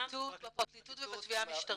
בפרקליטות ובתביעה המשטרתית.